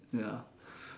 ya